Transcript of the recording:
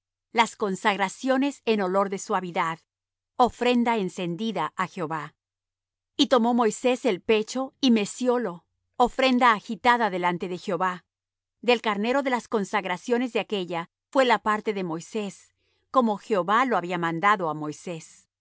las consagraciones en olor de suavidad ofrenda encendida á jehová y tomó moisés el pecho y meciólo ofrenda agitada delante de jehová del carnero de las consagraciones aquella fue la parte de moisés como jehová lo había mandado á moisés